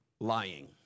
lying